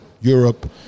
Europe